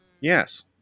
Yes